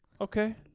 Okay